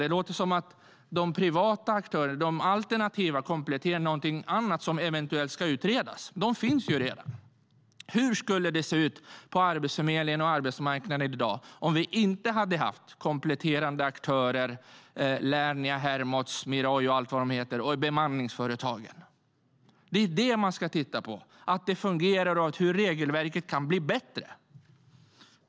Det låter som att de privata och alternativa aktörerna kompletterar något annat som eventuellt ska utredas. Men de finns ju redan. Hur skulle det se ut på Arbetsförmedlingen och arbetsmarknaden i dag om vi inte hade haft kompletterande aktörer - Lernia, Hermods, Miroi och allt vad de heter - och bemanningsföretag? Det är detta man ska titta på - att det fungerar och hur regelverket kan bli bättre.